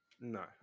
No